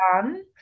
done